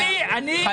פשוט.